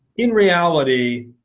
in reality,